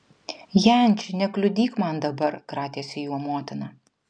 janči nekliudyk man dabar kratėsi juo motina